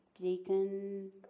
deacon